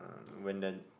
uh went then